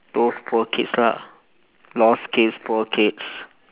those poor kids lah lost kids poor kids